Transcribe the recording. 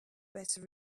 better